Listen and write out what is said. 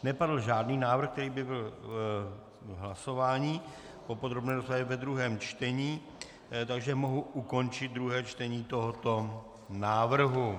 Nepadl žádný návrh, který by byl k hlasování po podrobné rozpravě ve druhém čtení, takže mohu ukončit druhé čtení tohoto návrhu.